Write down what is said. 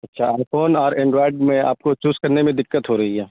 اچھا iPhone اور Android میں آپ کو چوز کرنے میں دقت ہو رہی ہے